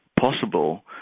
possible